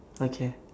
okay